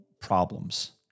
problems